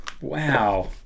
wow